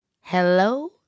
Hello